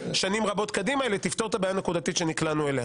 שנים רבות קדימה אלא תפתור את נקודתית את הבעיה אליה נקלענו.